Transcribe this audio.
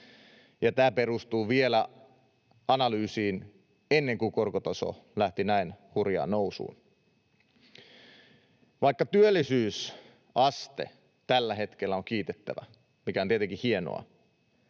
tämä perustuu vielä analyysiin ennen kuin korkotaso lähti näin hurjaan nousuun. Vaikka työllisyysaste tällä hetkellä on kiitettävä, mikä on tietenkin hienoa,